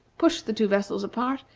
push the two vessels apart,